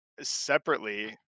separately